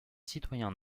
citoyens